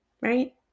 right